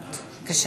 לעלות, בבקשה.